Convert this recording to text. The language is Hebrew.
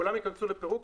כולם ייכנסו לפירוק.